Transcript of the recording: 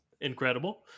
Incredible